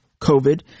COVID